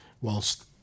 whilst